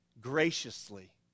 graciously